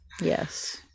yes